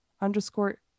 underscore